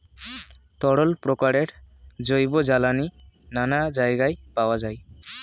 তরল প্রকারের জৈব জ্বালানি নানা জায়গায় পাওয়া যায়